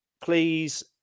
please